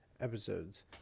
episodes